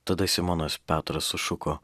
tada simonas petras sušuko